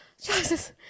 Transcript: Jesus